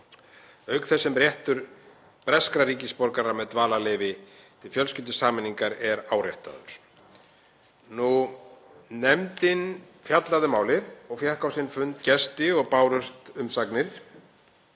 auk þess sem réttur breskra ríkisborgara með dvalarleyfi til fjölskyldusameiningar er áréttaður. Nefndin fjallaði um málið, fékk á sinn fund gesti og bárust umsagnir.